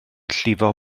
llifo